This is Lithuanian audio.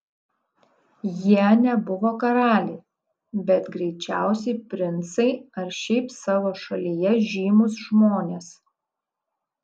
jie nebuvo karaliai bet greičiausiai princai ar šiaip savo šalyje žymūs žmonės